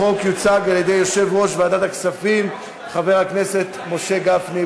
החוק יוצג על-ידי יושב-ראש ועדת הכספים חבר הכנסת משה גפני.